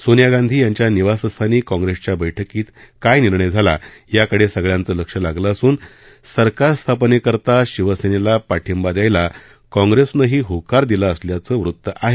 सोनिया गांधी यांच्या निवासस्थानी काँग्रेसच्या बैठकीत काय निर्णय झाला याकडे सगळ्यांचं लक्ष लागलं असून सरकार स्थापनेकरता शिवसेनेला पाठिंबा दयायला काँग्रेसनंही होकार दिला असल्याचं वृत्त आहे